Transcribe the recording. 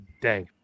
day